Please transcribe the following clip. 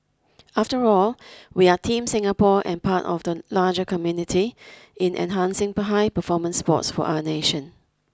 after all we are Team Singapore and part of the larger community in enhancing high performance sports for our nation